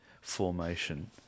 formation